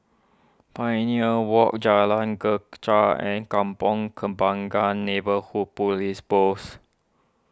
Pioneer Walk Jalan Greja and Kampong Kembangan Neighbourhood Police Post